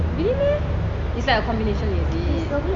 really meh it's like a combination is it